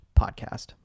podcast